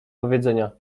powiedzenia